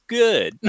good